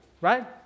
right